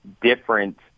different